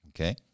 Okay